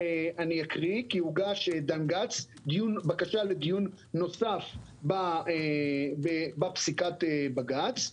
אקריא, הוגש בקשה לדיון נוסף בפסיקת בג"צ.